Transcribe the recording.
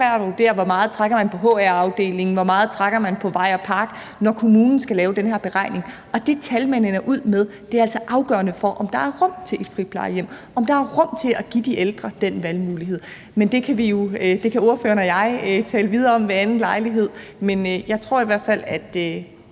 hvor meget man trækker på hr-afdelingen, hvor meget man trækker på vej og park, når kommunen skal lave den her beregning. Og det tal, man ender ud med, er altså afgørende for, om der er rum til et friplejehjem, om der er rum til at give de ældre den valgmulighed. Det kan ordføreren og jeg jo tale videre om ved en anden lejlighed, men jeg tror i hvert fald, at